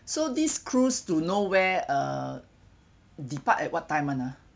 so this cruise to no where uh depart at what time ah